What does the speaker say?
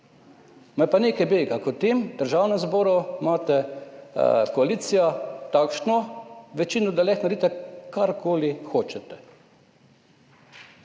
Me pa nekaj bega. V tem državnem zboru imate koalicija takšno večino, da lahko naredite, karkoli hočete.